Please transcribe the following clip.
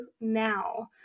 now